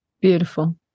Beautiful